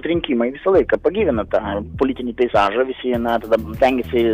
rinkimai visą laiką pagyvina tą politinį peizažą visi na tada stengiasi